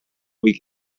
week